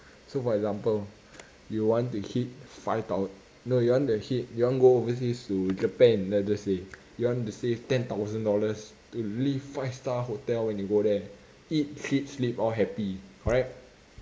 so for example you want to keep five thou~ no you want to hit you want to go overseas to japan let's just say you want save ten thousand dollars to live five star hotel when you go there eat sleep sleep all happy correct